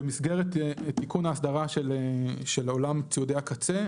במסגרת תיקון האסדרה של עולם ציודי הקצה,